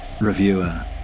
reviewer